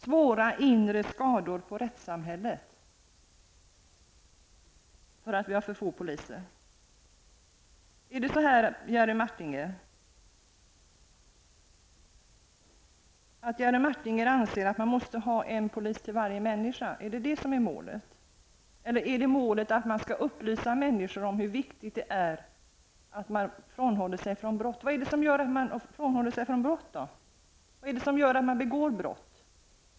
Jerry Martinger säger att en följd av att vi har för få poliser blir svåra inre skador på rättssamhället. Anser Jerry Martinger att man måste ha en polis till varje människa? Är det det som är målet? Eller är målet att man skall upplysa människor om hur viktigt det är att frånhålla sig från brott? Vad är det då som gör att man frånhåller sig från brott? Vad är det som gör att man begår brott?